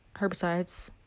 herbicides